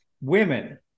women